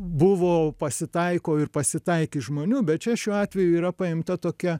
buvo pasitaiko ir pasitaikė žmonių bet čia šiuo atveju yra paimta tokia